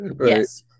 Yes